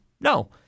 No